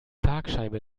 parkscheibe